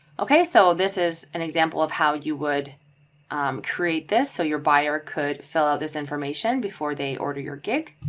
okay, so this is an example of how you would create this so your buyer could fill out this information before they order your gig.